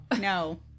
no